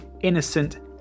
innocent